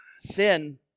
Sin